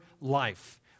life